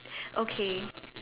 okay